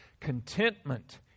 contentment